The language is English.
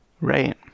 Right